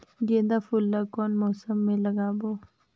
गेंदा फूल ल कौन मौसम मे लगाबो?